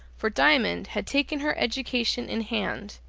for diamond had taken her education in hand,